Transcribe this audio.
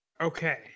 Okay